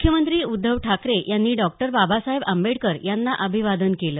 मुख्यमंत्री उद्धव ठाकरे यांनी डॉक्टर बाबासाहेब आंबेडकर यांना अभिवादन केलं